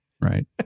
Right